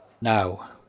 Now